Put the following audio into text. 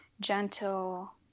gentle